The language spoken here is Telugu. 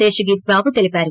శేషగిరి బాబు తెలిపారు